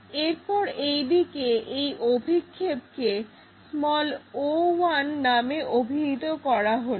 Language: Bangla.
এরপর এইদিকে এর অভিক্ষেপকে o1 নামে অভিহিত করা হলো